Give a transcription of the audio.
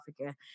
Africa